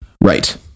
Right